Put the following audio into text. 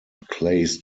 clays